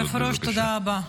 תודה רבה.